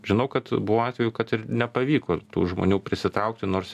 žinau kad buvo atvejų kad ir nepavyko tų žmonių prisitraukti nors